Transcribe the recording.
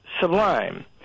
sublime